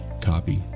copy